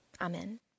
Amen